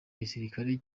gisirikare